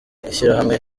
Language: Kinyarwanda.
ishyirahamwe